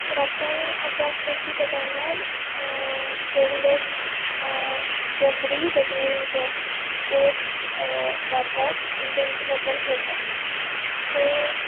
राखण अशें आसता की ते टायमार थोडीं लोक बोकडी डेट इज गोट मारतात आनी तेंचें मटन करतात सो